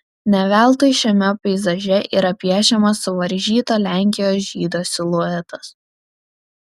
ne veltui šiame peizaže yra piešiamas suvaržyto lenkijos žydo siluetas